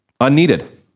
unneeded